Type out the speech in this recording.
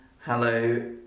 Hello